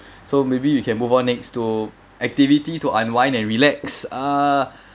so maybe we can move on next to activity to unwind and relax uh